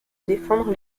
défendre